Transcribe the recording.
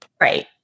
Right